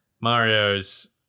Mario's